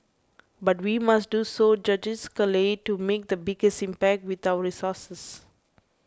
but we must do so judiciously to make the biggest impact with our resources